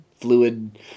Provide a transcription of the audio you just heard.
fluid